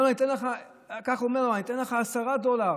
אומר לו, כך אומר לו: אני אתן לך עשרה דולר,